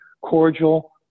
cordial